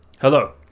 Hello